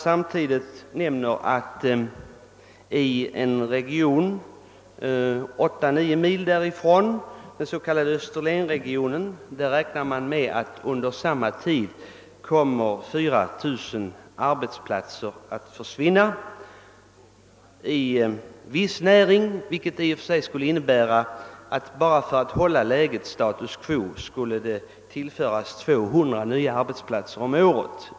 Samtidigt uppges att i en region på åtta, nio mils avstånd därifrån, den s.k. österlenregionen, räknar man med att under samma tid 4 000 arbetsplatser kommer att försvinna inom en viss näring, vilket i och för sig skulle innebära att för att behålla läget vid status quo skulle regionen tillföras 200 nya arbetsplatser om året.